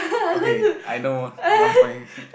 okay I know one point